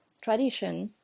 tradition